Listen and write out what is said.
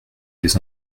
des